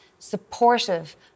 supportive